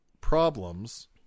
problems